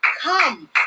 come